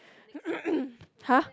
!huh!